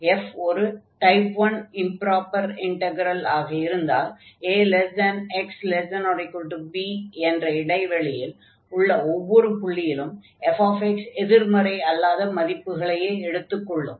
f ஒரு type 1 improper integral ஆக இருந்தால் ax≤b ∞ என்ற இடைவெளியில் உள்ள ஒவ்வொரு புள்ளியிலும் fx எதிர்மறை அல்லாத மதிப்புகளையே எடுத்து கொள்ளும்